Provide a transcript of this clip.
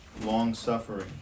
long-suffering